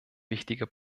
wichtiger